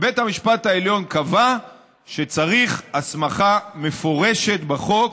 בית המשפט העליון קבע שצריך הסמכה מפורשת בחוק